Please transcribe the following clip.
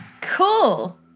Cool